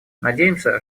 надеемся